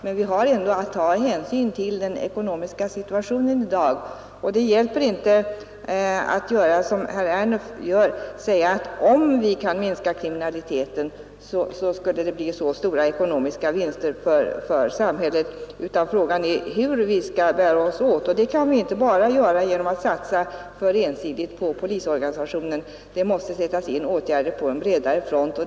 Men vi har ändå att ta hänsyn till dagens ekonomiska situation, och det hälper inte att göra som herr Ernulf och säga att om vi kan minska kriminaliteten så skulle det bli så och så stora ekonomiska vinster för samhället. Frågan är ju hur vi skall bära oss åt. Vi kan inte ensidigt satsa på polisorganisationen, utan det måste sättas in åtgärder på en bredare front.